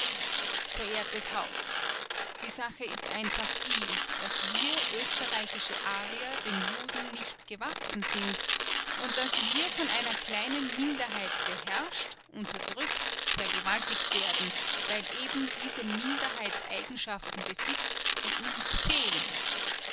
verehrtes haus die sache ist einfach die daß wir österreichische arier den juden nicht gewachsen sind daß wir von einer kleinen minderheit beherrscht unterdrückt vergewaltigt werden weil eben diese minderheit eigenschaften besitzt die uns fehlen